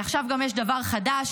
עכשיו גם יש דבר חדש,